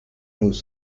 nos